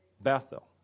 Bethel